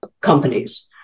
companies